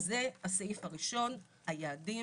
אז זה הסעיף הראשון, היעדים,